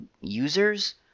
users